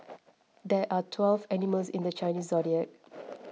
there are twelve animals in the Chinese zodiac